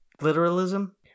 literalism